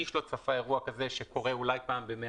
איש לא צפה אירוע כזה שקורה אולי פעם ב-100